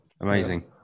Amazing